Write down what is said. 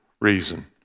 reason